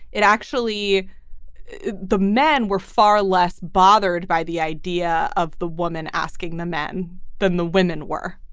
it actually the men were far less bothered by the idea of the woman asking the men than the women were,